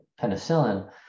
penicillin